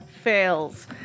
fails